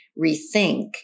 rethink